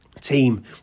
Team